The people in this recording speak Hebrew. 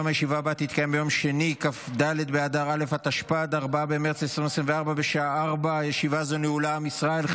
שבעה בעד, אין מתנגדים.